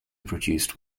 produced